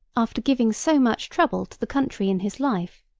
after giving so much trouble to the country in his life,